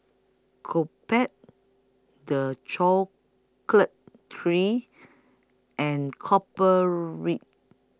Co Pet The Chocolate Trees and Copper Ridge